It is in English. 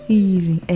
easy